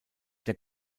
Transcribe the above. der